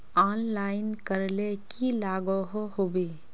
Online करले की लागोहो होबे?